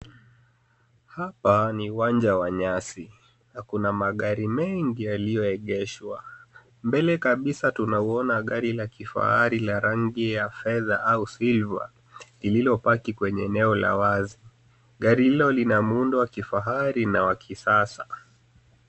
Hapa ni uwanja wa nyasi na kuna magari mengi yaliyoegeshwa. Mbele kabisa, tunauona gari la kifahari la rangi ya fedha au silver lililopaki kwenye eneo la wazi. Gari hilo lina muundo wa kifahari na wa kisasa.